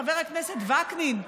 חבר הכנסת וקנין,